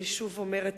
אני שוב אומרת,